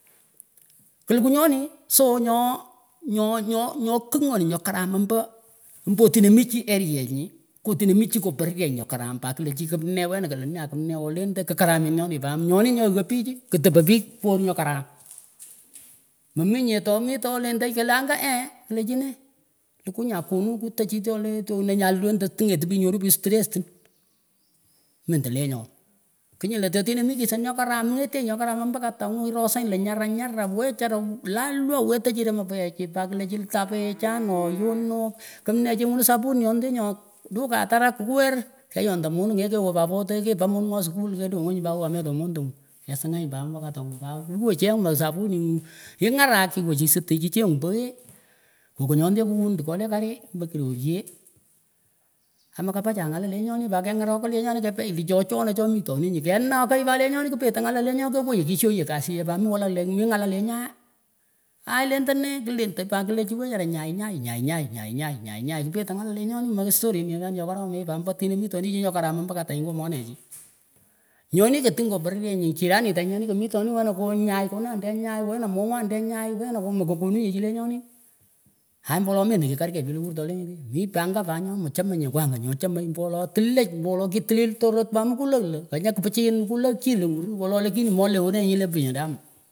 Klukuh nyonih so nyoo nyohnyoh kigh nyonih nyoh karam mbo mbo tinah mih chih oreaenyih ngoh tinah mih chih ngoh peryenyih nyoh karam pat kleh chih kimneeh wenah wenah kelaneh aah kimneeh ooh lendah kikaramit nyonih pat nyonih nyoh yiah pich ktapah pich korr nyoh karam mominyeh toh mitonlendah kalangah eeh kalechih nee likuh nyah konuh kutachih tyohleh tyonoh nyalendah tingetin pich nyorun pich stressti mengdah lenyon knyull atih tiniah mih kisan nyohkaram ngetenyih nyoh karam ombo karanguh irosanyih leh nyarah nyarah wecharah lawah wetechih ranah poughechi pat klah chi itan poughechan ooh yonoh kmneeh chengunah sapunyondenyoh duka atarah kuwer keyondah moningh eehkewah kahmetoh mondanguh kesinganyih pat mbo katanguh pat iwah chengh sapunihngun ingarak iwechih ichengun pougheh kokonuondenguh kuwon tkohleh karii mbo kiroryeh amah kapachah ngalah lenyonih pat kehngorokah lenyonih kepay lechochanah chomitonih nyuh kehnokah pat lenyonih kpeteh ngalah lenyonih kewahyekishoh yeh kasih pat mih walak lenyo mih ngalah lenyaeh aai lendeneh klendahpat klechih wecharah nyainyaih lenyaeh aai lendeneh klendapat klechi wecharah nyaihnyaih nyainyaih nyainyaiah nyainyahnyan kpeteh ngapal lenyoni mekstorin nyeh chonih chokaromechnyeh eeh pat mbo pat tinahmitonih chih nyoh karam mbo katanyih ngoh monechih nyonih ketingh ngoh perpenyih chiranihtanyih nyonih kemitonih wenah ngooh nyay konandeh nyay wenah ngomwandeh nyay mekakonuh nyeh chih lenyonih aaih mendah wolo kikar keyh pich lewur tolenyeteh mih pa angah pat nyah mechemenyeh ngoh angah nyoh chemay mbo wolo tililiyech mbo wolo kitilil torot pat mukulowa lah kanyah kipichiit mukulow chih lewur wolo lakini meelewanenyeh nyileh binadamu.